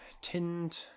tinned